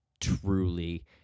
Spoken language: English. truly